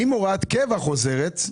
הוראת קבע חוזרת,